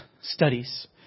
studies